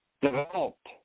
developed